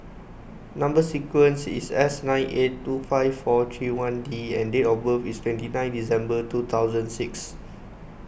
Number Sequence is S nine eight two five four three one D and date of birth is twenty nine December two thousand six